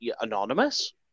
anonymous